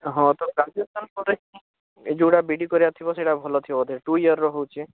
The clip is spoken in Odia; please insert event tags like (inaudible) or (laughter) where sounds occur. ଏ ହଁ ତ (unintelligible) ଏଇ ଯେଉଁଟା ବି ଇ ଡ଼ି କରିବାର ଥିବ ସେଇଟା ଭଲ ଥିବ ବୋଧେ ଟୁ ୟର୍ର ହେଉଛି